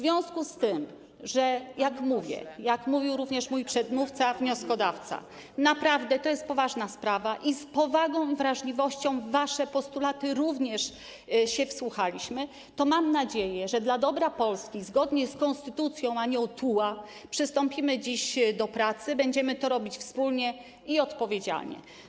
W związku z tym, że, jak mówię, jak mówił również mój przedmówca, wnioskodawca, naprawdę to jest poważna sprawa i z powagą i wrażliwością w wasze postulaty się wsłuchaliśmy, to mam nadzieję, że dla dobra Polski i zgodnie z konstytucją, a nie OTUA, przystąpimy dziś do pracy, będziemy to robić wspólnie i odpowiedzialnie.